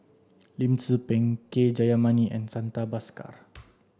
Lim Tze Peng K Jayamani and Santha Bhaskar